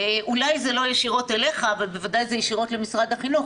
אולי זה לא ישירות אליך אבל בוודאי ישירות למשרד החינוך.